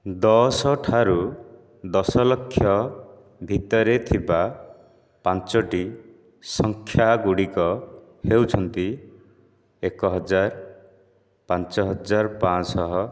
ଦଶ ଠାରୁ ଦଶ ଲକ୍ଷ ଭିତରେ ଥିବା ପାଞ୍ଚଟି ସଂଖ୍ୟା ଗୁଡ଼ିକ ହେଉଛନ୍ତି ଏକ ହଜାର ପାଞ୍ଚ ହଜାର ପାଞ୍ଚଶହ